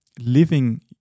living